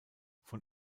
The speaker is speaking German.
von